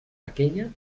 aquella